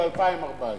ב-2014.